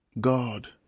God